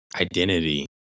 Identity